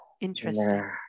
Interesting